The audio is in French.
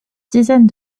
dizaines